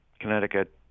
Connecticut